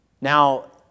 Now